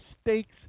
stakes